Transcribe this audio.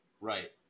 right